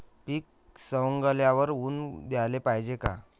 पीक सवंगल्यावर ऊन द्याले पायजे का?